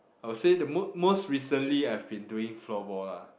I will say the mo~ most recently I've been doing floorball lah